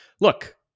look